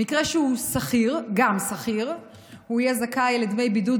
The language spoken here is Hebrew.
במקרה שהוא גם שכיר הוא יהיה זכאי לדמי בידוד